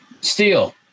steel